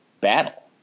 battle